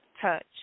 touch